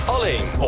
Alleen